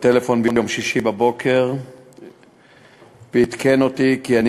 בטלפון ביום שישי בבוקר ועדכן אותי כי אני